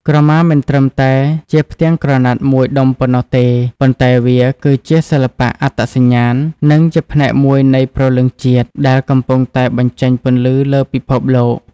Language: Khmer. ក្រមាមិនត្រឹមតែជាផ្ទាំងក្រណាត់មួយដុំប៉ុណ្ណោះទេ ប៉ុន្តែវាគឺជាសិល្បៈ អត្តសញ្ញាណ និងជាផ្នែកមួយនៃព្រលឹងជាតិ ដែលកំពុងតែបញ្ចេញពន្លឺលើពិភពលោក។